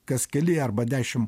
kas keli arba dešim